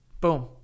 Boom